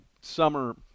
summer